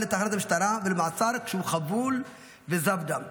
לתחנת המשטרה ולמעצר כשהוא חבול וזב דם.